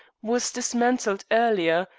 was dismantled earlier,